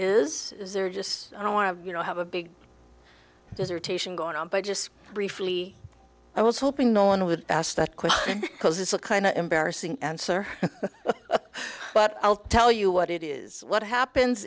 is is there just i don't want to you know have a big dissertation going on but just briefly i was hoping no one would ask that question because it's a kind of embarrassing answer but i'll tell you what it is what happens